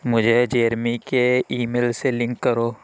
مجھے جیرمی کے email سے لنک کرو